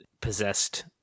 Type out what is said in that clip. possessed